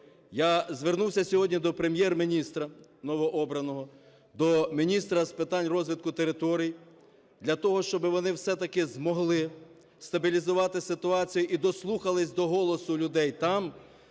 Я звернувся сьогодні до Прем’єр-міністр новообраного, до міністра з питань розвитку територій для того, щоб вони все-таки змогли стабілізувати ситуацію і дослухались до голосу людей там,